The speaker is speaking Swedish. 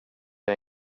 jag